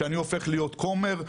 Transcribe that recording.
שאני הופך להיות כומר,